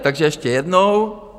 Takže ještě jednou.